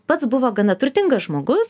pats buvo gana turtingas žmogus